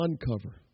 uncover